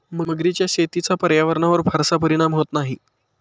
मगरीच्या शेतीचा पर्यावरणावर फारसा परिणाम होत नाही